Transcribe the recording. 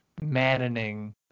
maddening